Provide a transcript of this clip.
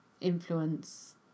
influence